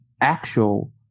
actual